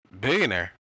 billionaire